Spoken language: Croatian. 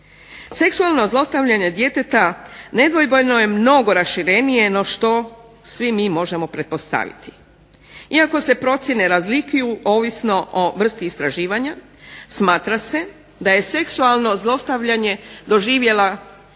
Seksualno zlostavljanje djeteta nedvojbeno je mnogo raširenije nego što svi mi možemo pretpostaviti, iako se procjene razlikuju ovisno o vrsti istraživanja smatra se da je seksualno zlostavljanje doživjela